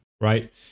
right